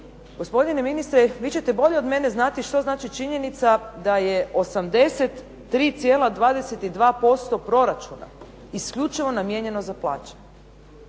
Gospodine ministre, vi ćete bolje od mene znati što znači činjenica da je 83,22% proračuna isključivo namijenjeno za plaće.